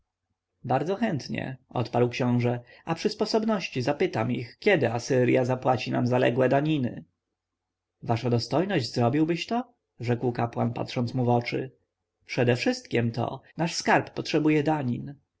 bardzo chętnie odparł książę a przy sposobności spytam ich kiedy asyrja zapłaci nam zaległe daniny wasza dostojność zrobiłbyś to rzekł kapłan patrząc mu w oczy przedewszystkiem to nasz skarb potrzebuje danin